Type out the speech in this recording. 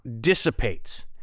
dissipates